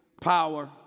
power